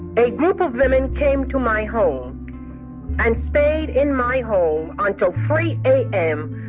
a group of women came to my home and stayed in my home until three a m.